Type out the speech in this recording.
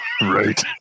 Right